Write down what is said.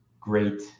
great